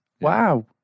wow